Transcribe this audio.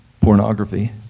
pornography